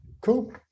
Cool